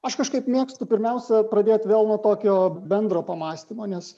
aš kažkaip mėgstu pirmiausia pradėt vėl nuo tokio bendro pamąstymo nes